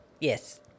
Yes